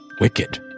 wicked